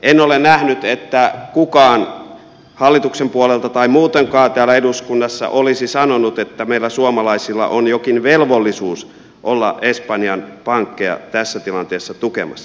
en ole nähnyt että kukaan hallituksen puolelta tai muutenkaan täällä eduskunnassa olisi sanonut että meillä suomalaisilla on jokin velvollisuus olla espanjan pankkeja tässä tilanteessa tukemassa